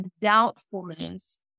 doubtfulness